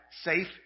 safe